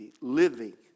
living